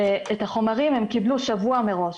ואת החומרים הם קיבלו שבוע מראש.